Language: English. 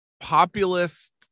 populist